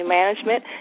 management